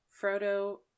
Frodo